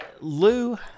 Lou